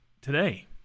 today